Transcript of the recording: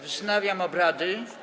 Wznawiam obrady.